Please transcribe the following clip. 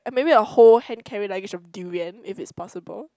maybe a whole handcarry luggage of durian if it's possible